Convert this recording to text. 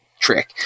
trick